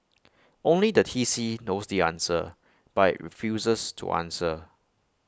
only the T C knows the answer but IT refuses to answer